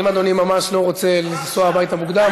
אם אדוני ממש לא רוצה לנסוע הביתה מוקדם,